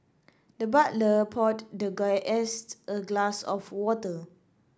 the butler poured the a glass of water